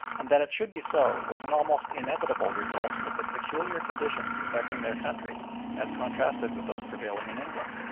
and that it should be so was an almost inevitable result of the peculiar conditions affecting their country as contrasted with those prevailing in england.